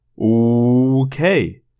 Okay